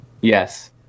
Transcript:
Yes